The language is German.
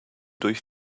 durch